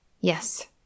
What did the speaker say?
Yes